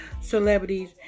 Celebrities